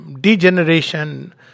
degeneration